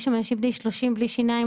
יש שם אנשים בני 30 בלי שיניים,